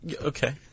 Okay